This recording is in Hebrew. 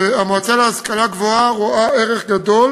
והמועצה להשכלה גבוהה רואה ערך גדול